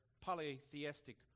polytheistic